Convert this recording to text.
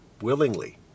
willingly